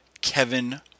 Kevin